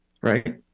right